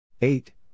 Eight